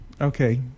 Okay